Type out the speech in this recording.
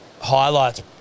highlights